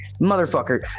motherfucker